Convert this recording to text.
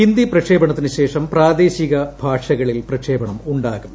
ഹിന്ദി പ്രക്ഷേപണത്തിന് ശേഷം പ്രാദേശിക ഭാഷകളിൽ പ്രക്ഷേപണം ഉണ്ടാകും